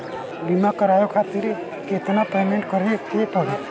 बीमा करावे खातिर केतना पेमेंट करे के पड़ी?